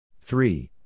Three